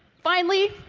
finally